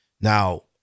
now